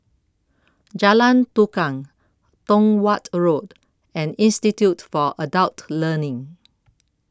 Jalan Tukang Tong Watt Road and Institute For Adult Learning